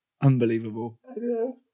unbelievable